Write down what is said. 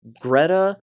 Greta